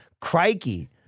Crikey